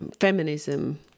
feminism